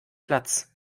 platz